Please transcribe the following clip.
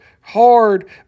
hard